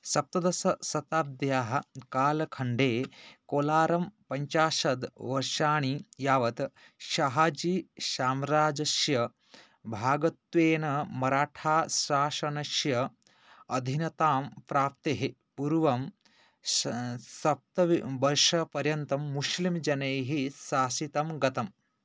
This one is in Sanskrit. सप्तदसशताब्द्याः कालखण्डे कोलारं पञ्चाशत् वर्षाणि यावत् शाहाजीसाम्राज्यश्य भागत्वेन मराठाशासनस्य अधिनतां प्राप्तेः पूर्वं शप्तविं बर्षपर्यन्तं मुश्लिं जनैः शाशितं गतम्